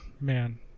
man